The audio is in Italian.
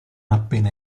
appena